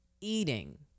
eating